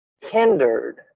hindered